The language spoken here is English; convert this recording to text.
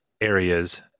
areas